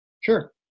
Sure